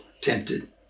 tempted